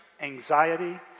anxiety